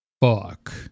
Fuck